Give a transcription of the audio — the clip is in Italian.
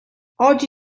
oggi